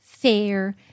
fair